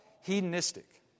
hedonistic